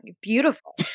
Beautiful